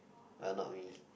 but not me